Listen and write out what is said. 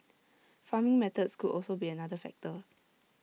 farming methods could also be another factor